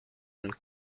and